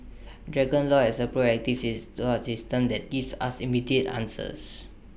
dragon law has A proactive sees support system that gives us immediate answers